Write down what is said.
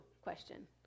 question